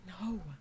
No